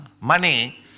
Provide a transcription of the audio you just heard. money